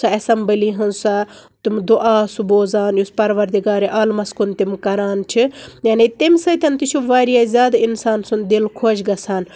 سُہ اسیمبلی ہنٛز سۄ تِم دعا سُہ بوزان پروردِگارِ عالمس تِم کران چھِ یعنے تمہِ سۭتۍ تہِ چھُ واریاہ زیادٕ اِنسان سُنٛد دل خۄش گژھان